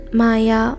maya